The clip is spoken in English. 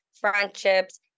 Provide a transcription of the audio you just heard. friendships